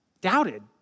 doubted